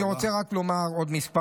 אני רוצה לומר עוד כמה מילים,